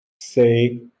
say